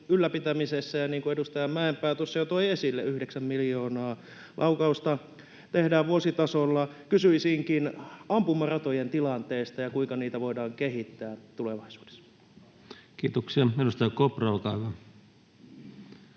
ylläpitämisessä, ja niin kuin edustaja Mäenpää tuossa jo toi esille: yhdeksän miljoonaa laukausta ammutaan vuositasolla. Kysyisinkin ampumaratojen tilanteesta ja siitä, kuinka niitä voidaan kehittää tulevaisuudessa. Kiitoksia. — Edustaja Kopra, olkaa hyvä.